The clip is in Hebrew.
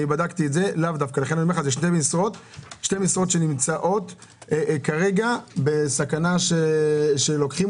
בדקתי את זה - שתי משרות שנמצאות כרגע בסכנה שלוקחים